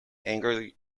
angry